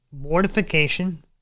Mortification